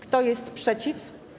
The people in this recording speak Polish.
Kto jest przeciw?